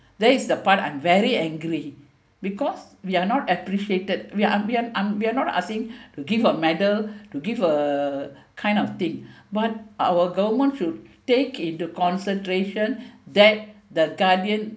that is the part I'm very angry because we are not appreciated we are and we are not asking to give a medal to give a kind of thing but our government should take into consideration that the guardian